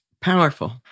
powerful